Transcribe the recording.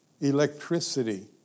electricity